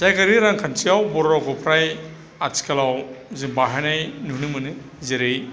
जायगायारि रांखान्थियाव बर' रावखौ फ्राय आथिखालाव जों बाहायनाय नुनो मोनो जेरै